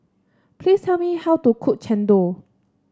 please tell me how to cook Chendol